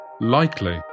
likely